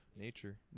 Nature